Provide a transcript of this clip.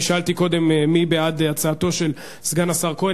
אני שאלתי קודם מי בעד הצעתו של סגן השר כהן,